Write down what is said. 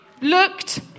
looked